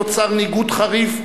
נוצר ניגוד חריף,